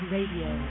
Radio